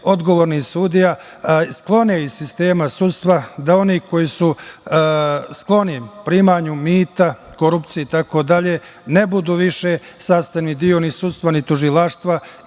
odgovornih sudija, sklone iz sistema sudstva, da oni koji su skloni primanju mita, korupcije itd. ne budu više sastavni deo ni sudstva, ni tužilaštva.